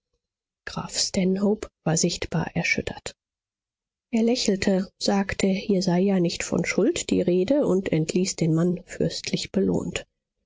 stanhope war sichtbar erschüttert er lächelte sagte hier sei ja nicht von schuld die rede und entließ den mann fürstlich belohnt